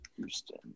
Houston